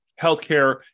healthcare